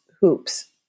hoops